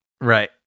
right